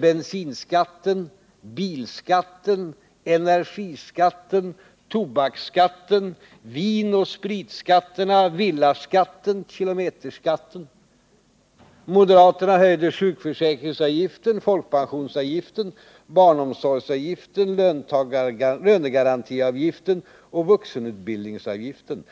bensinskatten, bilskatten, energiskatten, tobaksskatten, vinoch spritskatterna, = villaskatten, = kilometerskatten. Moderaterna höjde = sjukförsäkringsavgiften, folkpensionsavgiften, barnomsorgsavgiften, lönegarantiavgiften och vuxenutbildningsavgiften.